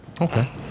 Okay